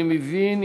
אני מבין,